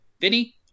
Vinny